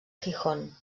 gijón